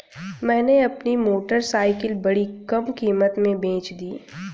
मैंने अपनी मोटरसाइकिल बड़ी कम कीमत में बेंच दी